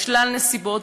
משלל נסיבות,